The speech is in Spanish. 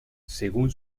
según